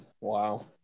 Wow